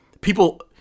people